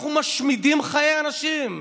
אנחנו משמידים חיי אנשים.